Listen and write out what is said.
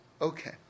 Okay